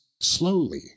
slowly